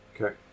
Okay